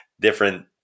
different